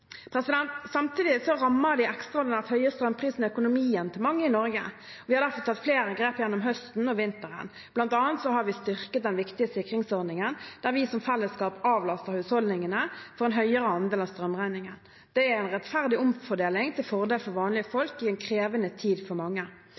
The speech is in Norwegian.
Samtidig rammer de ekstraordinært høye strømprisene økonomien til mange i Norge. Vi har derfor tatt flere grep gjennom høsten og vinteren. Blant annet har vi styrket den viktige sikringsordningen der vi som fellesskap avlaster husholdningene for en høyere andel av strømregningen. Det er en rettferdig omfordeling til fordel for vanlige